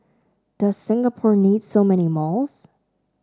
does Singapore need so many malls